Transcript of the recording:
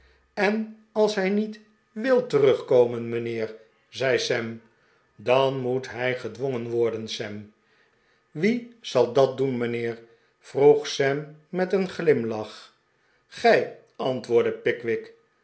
en als hij niet wil terugkomen mijnheer zei sam dan moet hij gedwongen worden sam wie zal dat doen mijnheer vroeg sam met een glimlach gij antwoordde pickwick